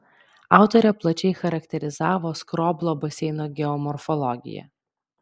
autorė plačiai charakterizavo skroblo baseino geomorfologiją